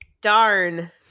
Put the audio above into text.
darn